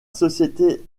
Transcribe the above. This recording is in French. société